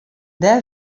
dêr